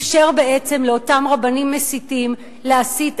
אפשר בעצם לאותם רבנים מסיתים להסית אז,